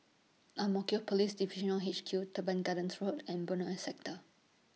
Ang Mo Kio Police Divisional H Q Teban Gardens Road and Benoi Sector